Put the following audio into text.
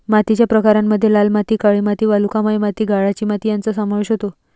मातीच्या प्रकारांमध्ये लाल माती, काळी माती, वालुकामय माती, गाळाची माती यांचा समावेश होतो